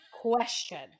Question